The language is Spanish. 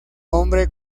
hombre